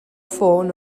ffôn